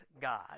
God